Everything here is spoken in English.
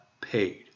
paid